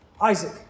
Isaac